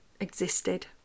existed